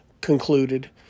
concluded